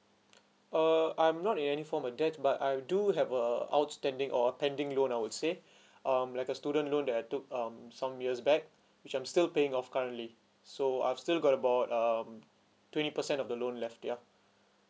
uh I'm not in any form of debt but I do have a outstanding or a pending loan I would say um like a student loan that I took um some years back which I'm still paying off currently so I've still got about um twenty percent of the loan left ya